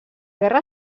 guerra